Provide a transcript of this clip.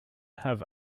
have